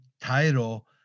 title